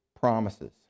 promises